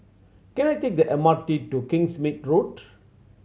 can I take the M R T to Kingsmead Road